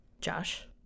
Josh